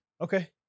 okay